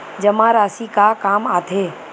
जमा राशि का काम आथे?